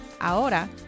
Ahora